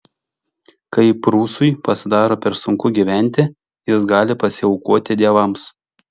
kai prūsui pasidaro per sunku gyventi jis gali pasiaukoti dievams